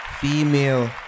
female